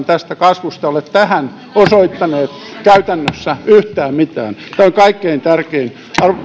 tästä kasvusta ole tähän osoittaneet käytännössä yhtään mitään tämä on kaikkein tärkein